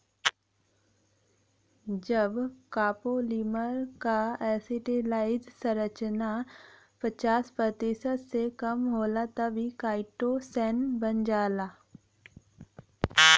जब कॉपोलीमर क एसिटिलाइज्ड संरचना पचास प्रतिशत से कम होला तब इ काइटोसैन बन जाला